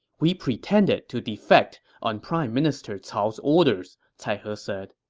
we pretended to defect on prime minister cao's orders, cai he said.